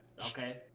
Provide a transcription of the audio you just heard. Okay